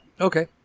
Okay